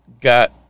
got